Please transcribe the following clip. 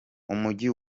umujyi